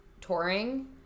touring